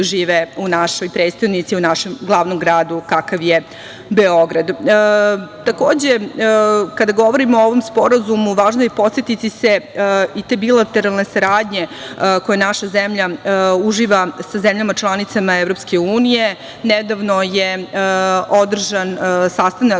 žive u našoj prestonici, u našem glavnom gradu kakav je Beograd. Takođe, kada govorimo o ovom sporazumu važno je podsetiti se i te bilateralne saradnje koju naša zemlja uživa sa zemljama članicama EU. Nedavno je održan sastanak